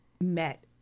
met